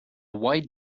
white